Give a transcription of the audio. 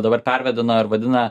dabar pervadino ir vadina